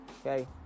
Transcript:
okay